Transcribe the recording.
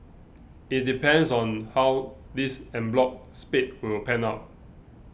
it depends on how this en bloc spate will pan out